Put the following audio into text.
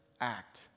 act